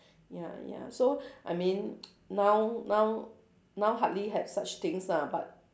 ya ya so I mean now now now hardly have such things ah but